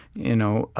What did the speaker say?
you know,